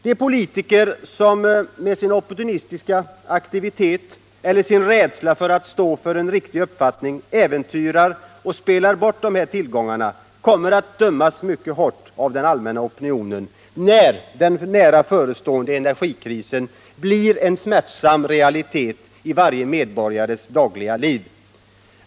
De politiker som med sin opportunistiska aktivitet eller sin rädsla för att stå för en riktig uppfattning äventyrar och spelar bort de här tillgångarna kommer att dömas mycket hårt av den allmänna opinionen när den nära förestående energikrisen blir en smärtsam realitet i varje medborgares dagliga liv.